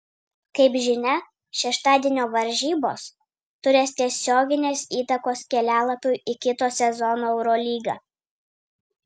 kaip žinia šeštadienio varžybos turės tiesioginės įtakos kelialapiui į kito sezono eurolygą